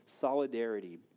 solidarity